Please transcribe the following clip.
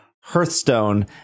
Hearthstone